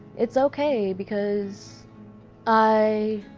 it's okay because i,